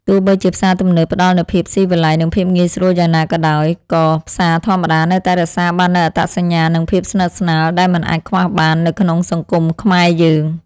ទោះបីជាផ្សារទំនើបផ្ដល់នូវភាពស៊ីវិល័យនិងភាពងាយស្រួលយ៉ាងណាក៏ដោយ ក៏ផ្សារធម្មតានៅតែរក្សាបាននូវអត្តសញ្ញាណនិងភាពស្និទ្ធស្នាលដែលមិនអាចខ្វះបាននៅក្នុងសង្គមខ្មែរយើង។